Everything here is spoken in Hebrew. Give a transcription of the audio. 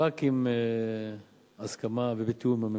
רק עם הסכמה ובתיאום עם הממשלה.